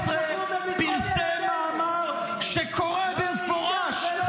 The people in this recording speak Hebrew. -- ב-2017 פרסם מאמר שקורא במפורש לסרבנות.